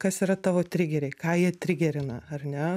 kas yra tavo trigeriai ką jie trigerina ar ne